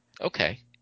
Okay